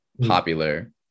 popular